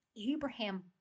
Abraham